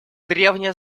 древняя